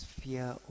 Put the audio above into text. fear